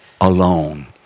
alone